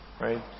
right